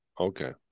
Okay